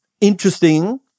interesting